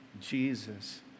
Jesus